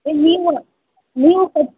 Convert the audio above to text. ನೀವು ನೀವು ಕೊಟ್ಟ